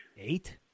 eight